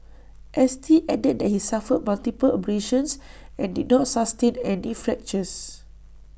S T added that he suffered multiple abrasions and did not sustain any fractures